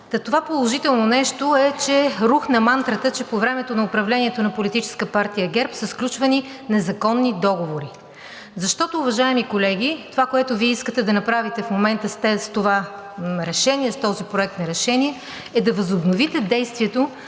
това положително нещо е, че рухна мантрата, че по времето на управлението на Политическа партия ГЕРБ са сключвани незаконни договори. Защото, уважаеми колеги, това, което Вие искате да направите в момента с това решение, с този проект на решение, е, да възобновите действието